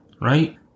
right